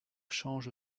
change